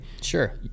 Sure